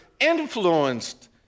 influenced